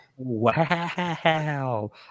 Wow